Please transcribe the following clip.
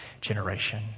generation